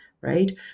Right